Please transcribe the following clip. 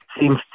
seems